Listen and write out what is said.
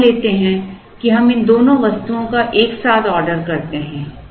अब मान लेते हैं कि हम इन दोनों वस्तुओं को एक साथ ऑर्डर करते हैं